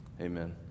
amen